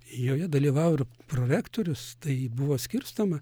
joje dalyvavo ir prorektorius tai buvo skirstoma